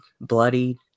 bloody